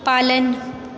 पालन